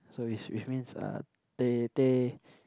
so which which means uh teh teh